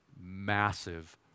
massive